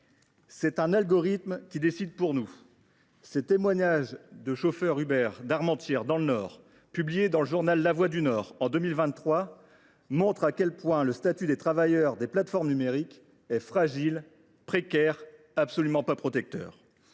mes chers collègues, ces témoignages de chauffeurs Uber d’Armentières, dans le Nord, publiés dans le journal en 2023, montrent à quel point le statut des travailleurs des plateformes numériques est fragile, précaire et absolument pas protecteur.